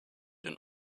den